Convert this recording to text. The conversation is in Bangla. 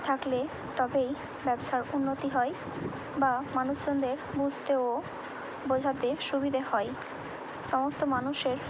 থাকলে তবেই ব্যবসার উন্নতি হয় বা মানুষজনদের বুঝতে ও বোঝাতে সুবিধে হয় সমস্ত মানুষের